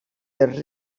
dels